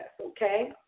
okay